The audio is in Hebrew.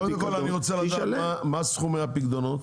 קודם כל, אני רוצה לדעת מה סכומי הפיקדונות